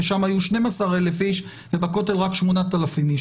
כי שם היו 12,000 איש ובכותל רק 8,000 איש,